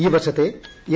ഈ വർഷത്തെ എസ്